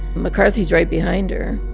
mccarthy's right behind her.